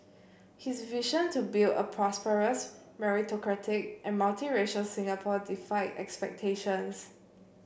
his vision to build a prosperous meritocratic and multiracial Singapore defied expectations